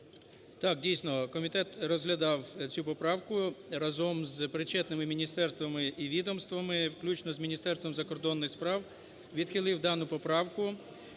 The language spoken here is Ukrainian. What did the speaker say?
Так, дійсно комітет розглядав цю поправку разом з причетними міністерствами і відомствами включно з Міністерством закордонних справ, відхилив дану поправку,